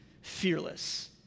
fearless